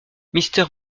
mister